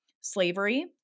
slavery